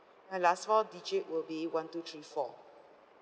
my last four digit will be one two three four